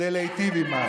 כדי להיטיב עימם.